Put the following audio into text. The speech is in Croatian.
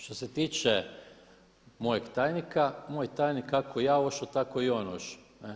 Što se tiče mojeg tajnika, moj tajnik kako ja ošo, tako i on ošo.